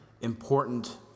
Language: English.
important